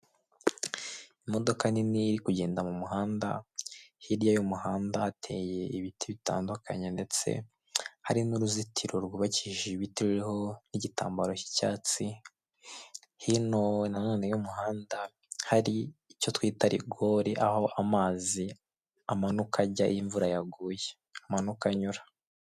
Imodoka ndende y'umweru itwara lisansi, iri mu muhanda wa kaburimbo. Hirya y'umuhanda hateye ibiti. Hino y'umuhanda ho hari umuyoboro amazi amanukiramo.